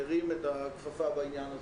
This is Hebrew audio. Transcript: שהרים את הכפפה בעניין הזה.